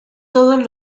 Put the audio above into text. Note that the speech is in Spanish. todos